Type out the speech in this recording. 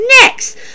next